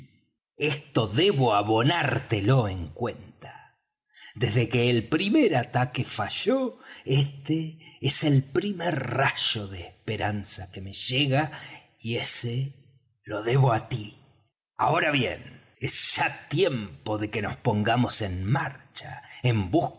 esto debo abonártelo en cuenta desde que el primer ataque falló este es el primer rayo de esperanza que me llega y ese lo debo á tí ahora bien es ya tiempo de que nos pongamos en marcha en busca